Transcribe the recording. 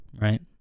right